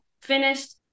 finished